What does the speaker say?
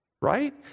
right